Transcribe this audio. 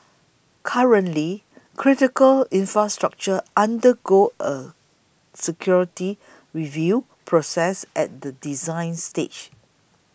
currently critical infrastructure undergo a security review process at the design stage